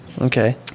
Okay